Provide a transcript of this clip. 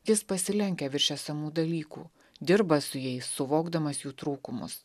jis pasilenkia virš esamų dalykų dirba su jais suvokdamas jų trūkumus